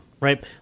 right